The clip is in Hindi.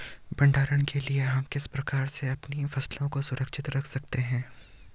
भंडारण के लिए हम किस प्रकार से अपनी फसलों को सुरक्षित रख सकते हैं?